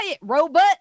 robot